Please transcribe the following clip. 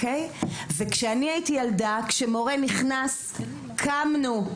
וכשאני הייתי ילדה, כשמורה נכנס קמנו.